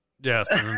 Yes